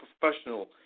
professional